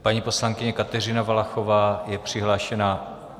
Paní poslankyně Kateřina Valachová je přihlášená.